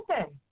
open